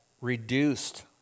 reduced